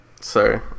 Sorry